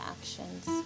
actions